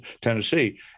Tennessee